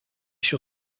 sur